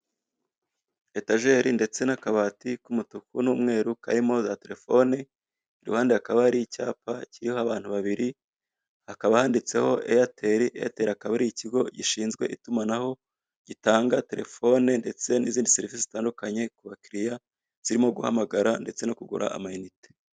Etajeri ndetse n'akabati k'umutuku n'umweru karimo za telefone, iruhande hakaba hari icyapa kiriho abantu babiri, hakaba handitseho eyateri. Eyateri akaba ari ikigo gishinzwe itumanaho, gitanga telefone ndetse n'izindi serivise zitandukanye ku bakiriya, zirimo guhamagara ndetse no kugura ama inite.